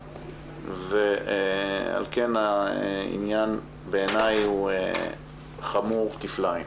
ועל כן העניין בעיניי הוא חמור כפליים,